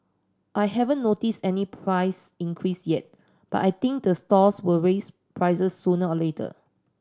I haven't notice any price increase yet but I think the stalls will raise prices sooner or later